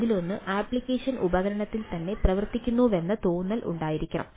അതിലൊന്ന് ആപ്ലിക്കേഷൻ ഉപകരണത്തിൽ തന്നെ പ്രവർത്തിക്കുന്നുവെന്ന തോന്നൽ ഉണ്ടായിരിക്കണം